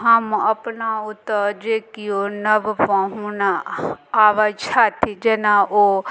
हम अपना ओतऽ जे किओ नव पाहुन आबय छथि जेना ओ